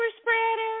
spreader